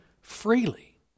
freely